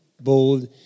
bold